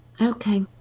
Okay